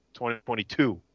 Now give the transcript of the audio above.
2022